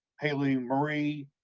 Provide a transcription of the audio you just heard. haley marie,